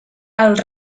els